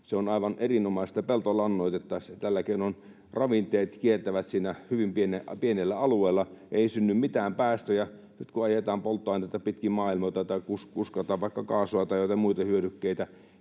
on aivan erinomaista peltolannoitetta. Tällä keinoin ravinteet kiertävät siinä hyvin pienellä alueella, ei synny mitään päästöjä. Nyt kun ajetaan polttoainetta pitkin maailmaa, kuskataan vaikka kaasua tai joitain muita hyödykkeitä